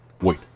Wait